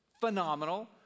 phenomenal